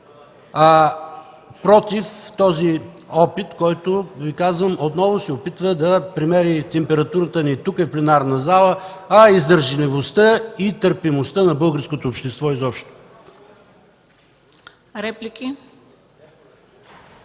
„против” този опит, който, пак казвам, се опитва да премери температурата ни тук, в пленарната зала, а и издръжливостта и търпимостта на българското общество изобщо.